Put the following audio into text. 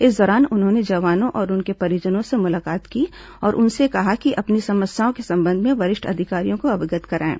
इस दौरान उन्होंने जवानों और उनके परिजनों से मुलाकात की और उनसे कहा कि अपनी समस्याओं के संबंध में वरिष्ठ अधिकारियों को अवगत कराएं